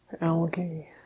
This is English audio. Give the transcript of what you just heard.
algae